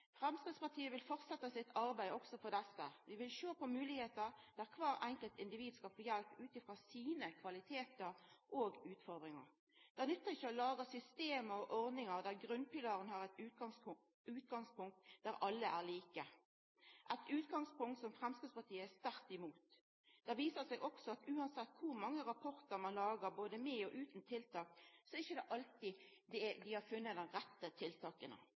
Framstegspartiet vil fortsetja sitt arbeid også for desse. Vi vil sjå på moglegheiter der kvart enkelt individ skal få hjelp ut frå sine kvalitetar og utfordringar. Det nytter ikkje å laga system og ordningar der grunnpilaren har eit utgangspunkt der alle er like – eit utgangspunkt som Framstegspartiet er sterkt imot. Det viser seg også at uansett kor mange rapportar ein lagar, både med og utan tiltak, er det ikkje alltid at dei har funne dei rette tiltaka